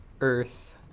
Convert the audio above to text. Earth